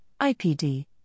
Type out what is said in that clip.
IPD